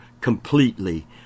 completely